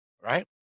Right